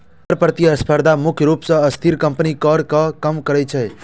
कर प्रतिस्पर्धा मुख्य रूप सं अस्थिर कंपनीक कर कें कम करै छै